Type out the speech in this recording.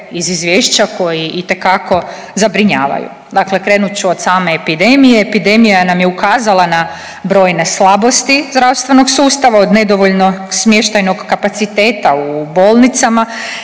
iz izvješća koji itekako zabrinjavaju. Dakle, krenut ću od same epidemije. Epidemija nam je ukazala na brojne slabosti zdravstvenog sustava, od nedovoljnog smještajnog kapaciteta u bolnicama,